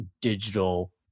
digital